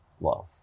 love